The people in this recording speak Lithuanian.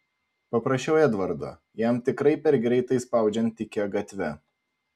paprašiau edvardo jam tikrai per greitai spaudžiant tykia gatve